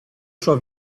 sua